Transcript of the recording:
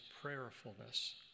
prayerfulness